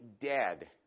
dead